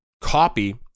copy